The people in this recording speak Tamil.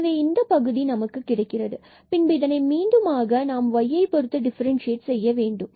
எனவே இந்தப் பகுதி நமக்கு கிடைக்கிறது பின்பு இதனை மீண்டும் ஆக நாம் y பொருத்து டிஃபரண்ட்சியேட் செய்ய வேண்டும்